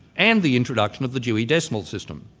and the introduction of the dewey decimal system.